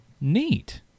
Neat